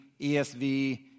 ESV